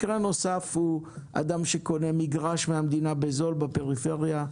מקרה נוסף הוא אדם שקונה מגרש מהמדינה בזול בפריפריה,